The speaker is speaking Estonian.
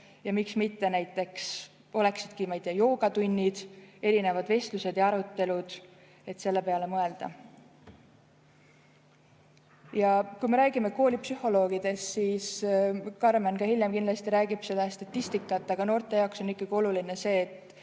ja miks mitte näiteks, ma ei tea, joogatunnid, erinevad vestlused ja arutelud. Selle peale võiks mõelda. Räägime koolipsühholoogidest. Karmen hiljem kindlasti räägib sellest statistikast, aga noorte jaoks on ikkagi oluline see, et